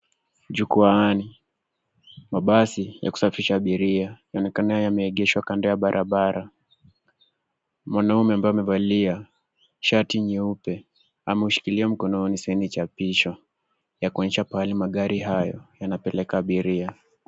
Jukwaani, mabasi ya kusafirisha abiria yanaonekana yameegeshwa kando ya barabara. Mwanaume ambaye amevalia shati nyeupe ameshikilia mkononi saini chapisho ya kuonesha pahali magari hayo yanapeleka abiria.